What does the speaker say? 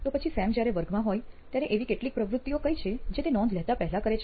તો પછી સેમ જયારે વર્ગમાં હોય ત્યારે એવી કેટલીક પ્રવૃત્તિઓ કઈ છે જે તે નોંધ લેતા પહેલાં કરે છે